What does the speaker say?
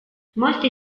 molte